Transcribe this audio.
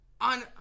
On